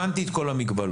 הבנתי את כל המגבלות.